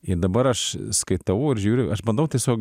ir dabar aš skaitau ir žiūriu aš bandau tiesiog